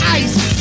ice